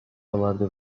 آورده